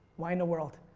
why in the world?